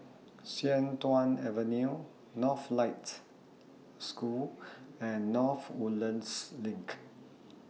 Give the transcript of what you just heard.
Sian Tuan Avenue Northlight School and North Woodlands LINK